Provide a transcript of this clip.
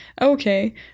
Okay